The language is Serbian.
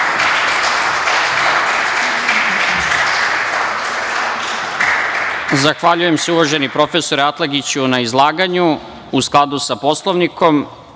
Zahvaljujem se, uvaženi profesore Atlagiću na izlaganju.U skladu sa Poslovnikom,